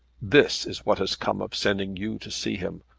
this is what has come of sending you to see him!